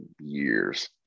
years